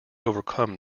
overcome